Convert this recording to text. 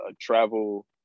travel